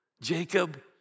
Jacob